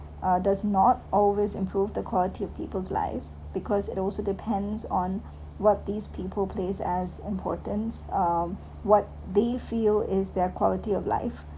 does not always improve the quality of people's lives because it also depends on what these people place as importance um what they feel is their quality of life